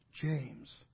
James